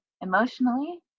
emotionally